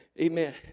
Amen